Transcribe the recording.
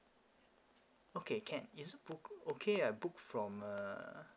okay can is book okay I book from uh